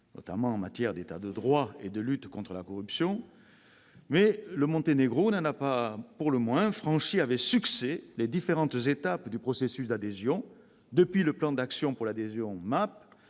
notamment en tant qu'État de droit et en matière de lutte contre la corruption. Le Monténégro n'en a pas moins franchi avec succès les différentes étapes du processus d'adhésion, depuis le plan d'action pour l'adhésion